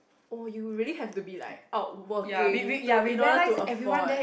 oh you really have to be like out working to in order to afford